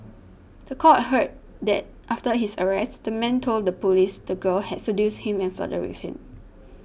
the court heard that after his arrest the man told the police the girl had seduced him and flirted with him